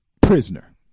prisoner